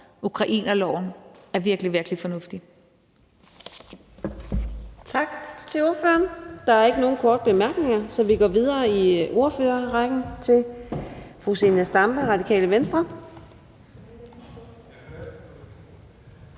ukrainerloven, er virkelig, virkelig fornuftig.